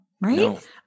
Right